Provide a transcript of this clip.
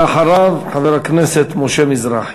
ואחריו, חבר הכנסת משה מזרחי.